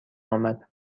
آمد